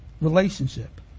relationship